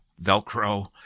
Velcro